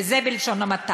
וזה בלשון המעטה.